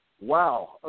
wow